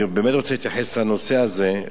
אני באמת רוצה להתייחס לנושא הזה,